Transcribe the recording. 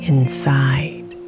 Inside